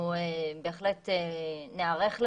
אנחנו בהחלט ניערך לזה.